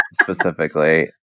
specifically